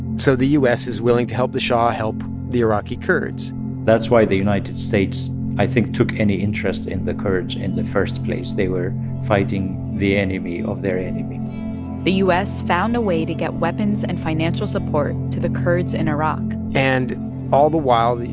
so the u s. is willing to help the shah help the iraqi kurds that's why the united states, i think, took any interest in the kurds in the first place. they were fighting the enemy of their enemy the u s. found a way to get weapons and financial support to the kurds in iraq and all the while, you